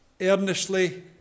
earnestly